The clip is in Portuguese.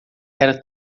era